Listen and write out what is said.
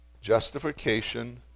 Justification